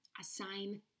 assign